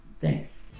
Thanks